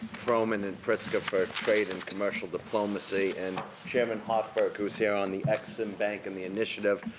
frohman and pritzker, for trade and commercial diplomacy, and chairman hochberg, who is here on the ex-im bank and the initiative,